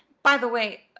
by the way,